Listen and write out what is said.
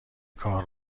کار